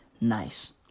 nice